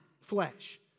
flesh